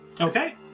Okay